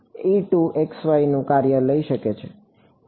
તેથી x y નું કાર્ય લઈ શકે છે